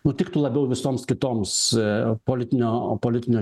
nutiktų labiau visoms kitoms politinio o politinio